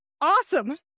awesome